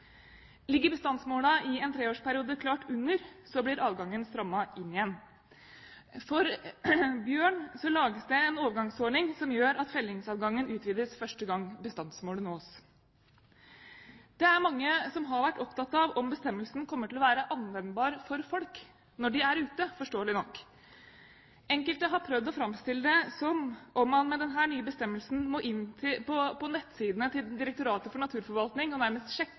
Ligger bestandsmålene i en treårsperiode klart under, blir adgangen strammet inn igjen. For bjørn lages det en overgangsordning som gjør at fellingsadgangen utvides første gang bestandsmålet nås. Det er mange som har vært opptatt av om bestemmelsen kommer til å være anvendbar for folk når de er ute – forståelig nok. Enkelte har prøvd å framstille det som om man med denne nye bestemmelsen må inn på nettsidene til Direktoratet for naturforvaltning og nærmest